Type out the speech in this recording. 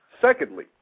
Secondly